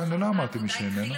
לא אמרתי מי שאיננו.